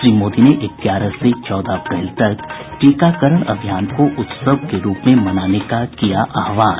श्री मोदी ने ग्यारह से चौदह अप्रैल तक टीकाकरण अभियान को उत्सव के रूप में मनाने का किया आहवान